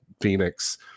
Phoenix